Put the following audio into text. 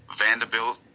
Vanderbilt